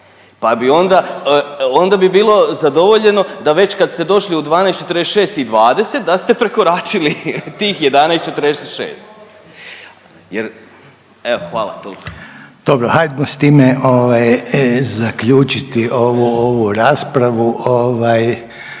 pa bi onda bi bilo zadovoljeno da već kad ste došli u 12:46.20 da ste prekoračili tih 11,46 jer, evo hvala … **Reiner, Željko (HDZ)** Dobro, hajmo s time zaključiti ovu raspravu